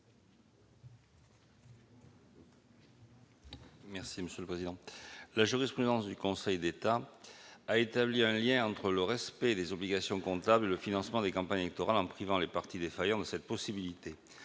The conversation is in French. M. Jean-Pierre Grand. La jurisprudence du Conseil d'État a établi un lien entre le respect des obligations comptables et le financement des campagnes électorales en privant le parti défaillant de cette possibilité.